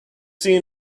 seen